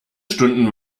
stunden